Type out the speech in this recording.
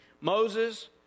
Moses